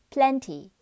Plenty